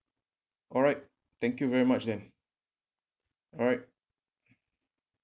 alright thank you very much then alright